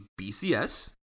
BCS